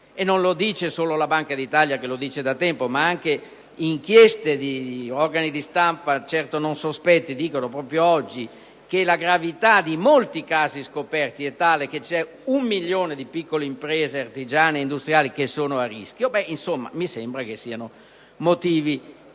E non lo dice solo la Banca d'Italia, che lo sostiene da tempo, ma anche inchieste di organi di stampa certo non sospetti proprio oggi sostengono che la gravità di molti casi scoperti è tale che c'è un milione di piccole imprese artigiane ed industriali che sono a rischio, che ci sono centinaia